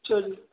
ਅੱਛਾ ਜੀ